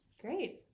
Great